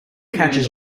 catches